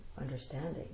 understanding